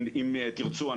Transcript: אם תרצו,